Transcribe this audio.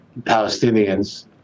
Palestinians